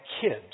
kids